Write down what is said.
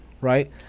right